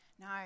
No